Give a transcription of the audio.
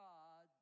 God